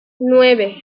nueve